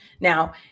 Now